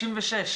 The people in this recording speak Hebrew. ב-96'